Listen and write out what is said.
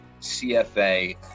CFA